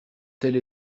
telle